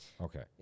okay